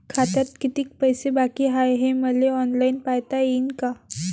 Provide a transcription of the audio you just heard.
खात्यात कितीक पैसे बाकी हाय हे मले ऑनलाईन पायता येईन का?